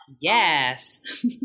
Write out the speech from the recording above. Yes